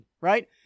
right